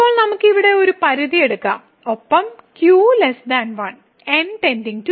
ഇപ്പോൾ നമുക്ക് ഇവിടെ ഒരു പരിധി എടുക്കാം ഒപ്പം q 1